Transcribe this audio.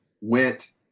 went